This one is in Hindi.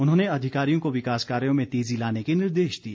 उन्होंने अधिकारियों को विकास कार्यों में तेज़ी लाने के निर्देश दिए